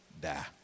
die